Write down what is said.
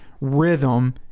rhythm